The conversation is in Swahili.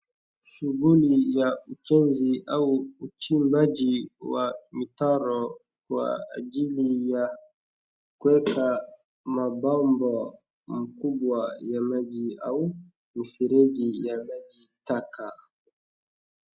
Shughuli ya ujenzi au uchimbaji wa mitaro kwa ajili ya kuweka mabomba mkubwa wa maji au mifereji ya maji taka.